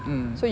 mm